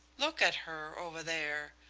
look at her, over there.